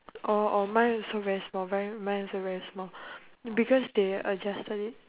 oh oh mine also very small mi~ mine also very small because they adjusted it